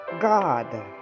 God